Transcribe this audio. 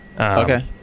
Okay